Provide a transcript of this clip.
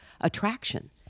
attraction